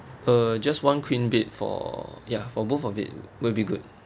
uh just one queen bed for ya for both of it will be good